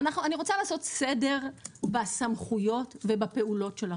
אני רוצה לעשות סדר בסמכויות ובפעולות של הרשות.